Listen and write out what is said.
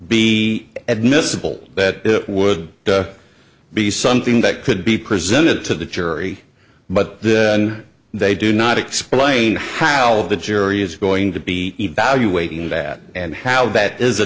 be admissible that it would be something that could be presented to the jury but then they do not explain how the jury is going to be evaluating that and how that is a